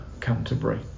Canterbury